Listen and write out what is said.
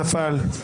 נפל.